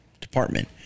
department